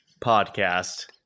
podcast